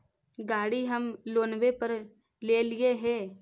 गाड़ी हम लोनवे पर लेलिऐ हे?